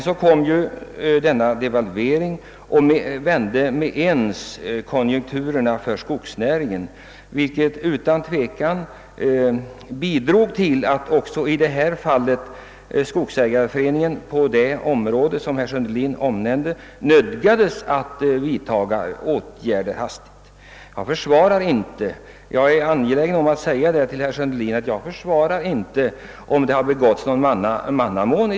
Så kom devalveringen och den vände med ens konjunkturerna nedåt för skogsnäringen, vilket onekligen bidrog till att även skogsägareföreningen i det fall som herr Sundelin omnämnde hastigt nödgades vidtaga åtgärder. Jag är angelägen om att framhålla, herr Sundelin, att jag inte försvarar någon eventuellt begången mannamån.